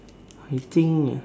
I think uh